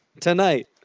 tonight